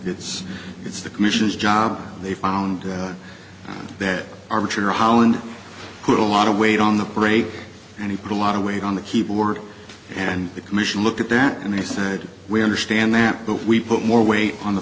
it's it's the commission's job they found that armature hollande put a lot of weight on the brake and he put a lot of weight on the keyboard and the commission look at that and they said we understand that but we put more weight on the